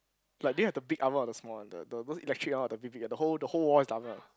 like they have the peak hour on the small on the the those electric one or the big big one the whole the whole wall is double